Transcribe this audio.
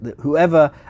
whoever